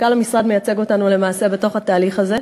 מנכ"ל המשרד מייצג אותנו למעשה בתהליך הזה,